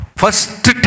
first